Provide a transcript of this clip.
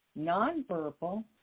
nonverbal